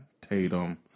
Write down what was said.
Tatum